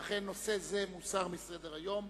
ואכן נושא זה מוסר מסדר-היום.